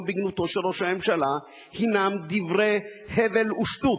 בגנותו של ראש הממשלה הוא דברי הבל ושטות.